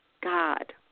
God